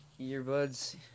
earbuds